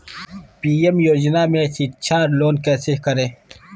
PM योजना में शिक्षा लोन कैसे करें?